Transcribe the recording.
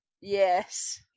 Yes